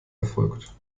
erfolgt